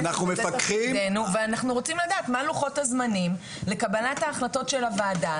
זה תפקידנו ואנחנו רוצים לדעת מה לוחות הזמנים לקבלת ההחלטות של הוועדה,